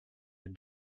had